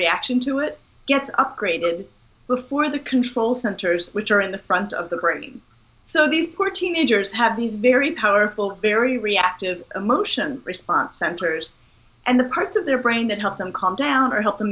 reaction to it gets upgraded before the control centers which are in the front of the brain so these poor teenagers have these very powerful very reactive emotion response centers and the parts of their brain that help them calm down or help them